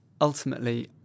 ultimately